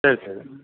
சரி சரி